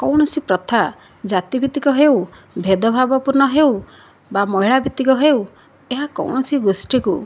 କୌଣସି ପ୍ରଥା ଜାତିଭିତ୍ତିକ ହେଉ ଭେଦଭାବପୂର୍ଣ୍ଣ ହେଉ ବା ମହିଳାଭିତ୍ତିକ ହେଉ ଏହା କୌଣସି ଗୋଷ୍ଠୀକୁ